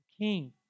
King